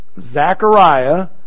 Zechariah